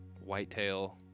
whitetail